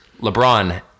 LeBron